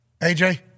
AJ